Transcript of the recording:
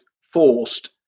forced